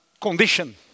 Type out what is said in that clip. condition